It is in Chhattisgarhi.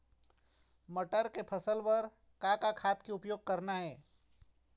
मटर के फसल बर का का खाद के उपयोग करना ये?